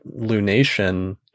lunation